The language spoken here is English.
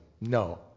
no